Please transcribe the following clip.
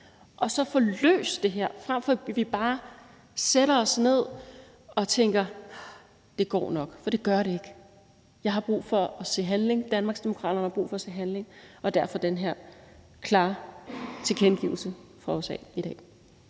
få løst det her, frem for at vi bare sætter os ned og tænker, at det nok går. For det gør det ikke. Danmarksdemokraterne har brug for at se handling, og derfor er der den her klare tilkendegivelse fra os i dag.